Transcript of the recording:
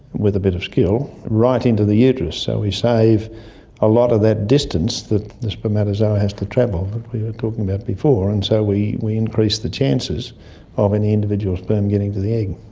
with a bit of skill, right into the uterus. so we save a lot of that distance that the spermatozoa has to travel that we were talking about before, and so we we increase the chances of an individual sperm getting to the egg.